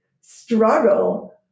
struggle